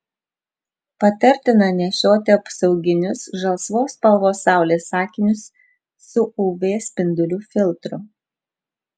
patartina nešioti apsauginius žalsvos spalvos saulės akinius su uv spindulių filtru